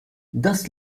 das